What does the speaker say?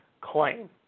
claim